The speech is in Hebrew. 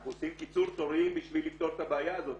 אנחנו עושים קיצור תורים בשביל לפתור את הבעיה הזאת.